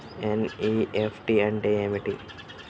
NEFT అంటే ఏమిటీ?